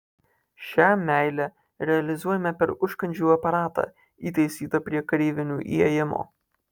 šią meilę realizuojame per užkandžių aparatą įtaisytą prie kareivinių įėjimo